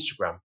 Instagram